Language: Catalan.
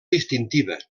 distintiva